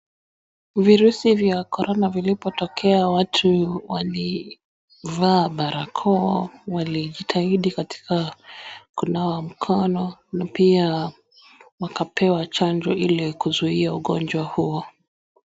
Virusi vya Korona vilipotokea watu walivaa barakoa, walijitahidi katika kunawa mkono na pia wakapewa chanjo ili kuzuia ugonjwa huo.